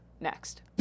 next